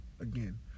again